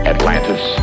Atlantis